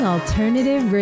Alternative